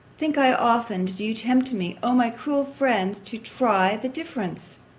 think i often, do you tempt me, o my cruel friends, to try the difference?